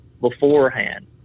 beforehand